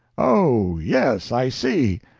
oh, yes, i see!